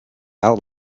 out